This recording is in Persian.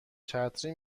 چتری